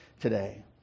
today